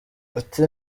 ati